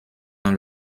dans